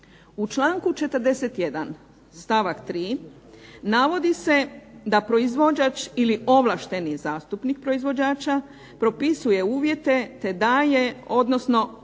U članku 41. stavak 3. navodi se da proizvođač ili ovlašteni zastupnik proizvođača propisuje uvjete te daje, odnosno